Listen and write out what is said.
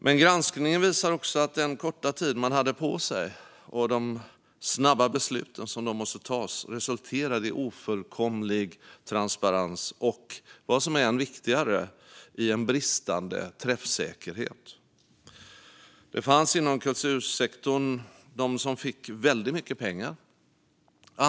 Men granskningen visar också att den korta tid man hade på sig och de snabba beslut som då måste tas resulterade i ofullkomlig transparens och, vilket är än viktigare, bristande träffsäkerhet. Det fanns inom kultursektorn de som fick väldigt mycket pengar.